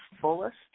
fullest